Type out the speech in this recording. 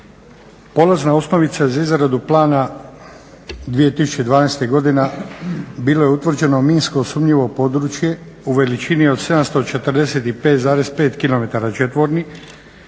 Polazna osnovica za izradu plana 2012. godine bilo je utvrđeno minsko sumnjivo područje u veličini od 745,5 km2,